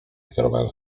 skierowałem